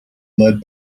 led